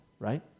Right